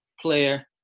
player